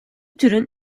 türün